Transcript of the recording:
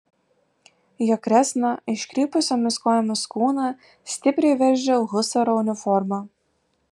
jo kresną iškrypusiomis kojomis kūną stipriai veržia husaro uniforma